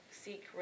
seek